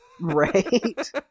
Right